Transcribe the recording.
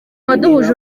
waduhuje